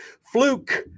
Fluke